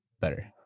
better